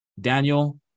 Daniel